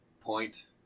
point